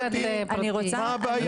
מה הבעיה?